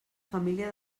família